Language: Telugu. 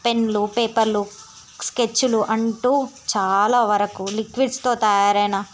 పెన్నులు పేపర్లు స్కెచ్లు అంటు చాలా వరకు లిక్విడ్స్తో తయారైన